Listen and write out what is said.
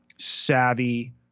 savvy